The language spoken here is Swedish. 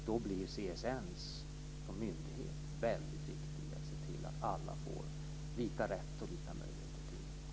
Då blir CSN som myndighet väldigt viktig när det gäller att se till att alla får lika rätt och lika möjligheter till goda studier.